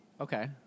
Okay